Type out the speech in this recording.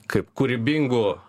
kaip kūrybingu